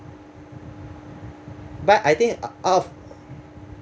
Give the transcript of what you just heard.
but I think uh